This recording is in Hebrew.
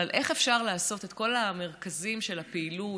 אבל איך אפשר לעשות את כל המרכזים של הפעילות,